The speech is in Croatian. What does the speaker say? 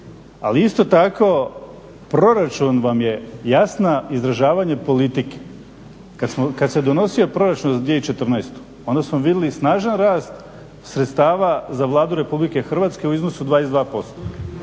ali isto tako proračun vam je jasno izražavanje politike. Kad se donosio proračun za 2014. onda smo vidjeli snažan rast sredstava za Vladu Republike Hrvatske u iznosu 22%,